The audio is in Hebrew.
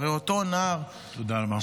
הרי אותו נער, תודה רבה.